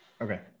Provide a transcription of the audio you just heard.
Okay